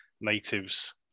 natives